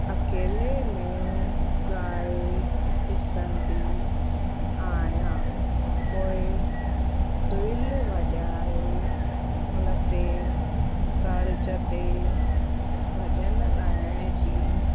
अकेले में ॻाए ॾिसंदी आहियां पोइ दुहिल वॼाए हुन ते तर्ज ते भॼन ॻाइण जी